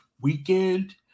weekend